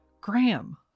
Graham